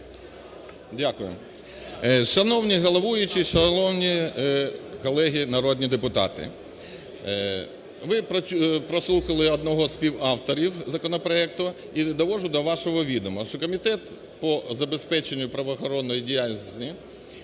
Дякую. Шановний головуючий, шановні колеги народні депутати, ви прослухали одного зі співавторів законопроекту. І доводжу до вашого відома, що Комітет по забезпеченню правоохоронної діяльності